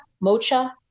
Mocha